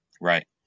Right